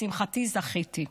לשמחתי זכיתי.